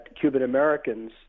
Cuban-Americans